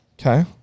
Okay